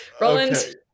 Roland